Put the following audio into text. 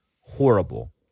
horrible